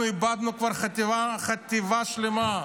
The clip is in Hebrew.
אנחנו איבדנו כבר חטיבה שלמה,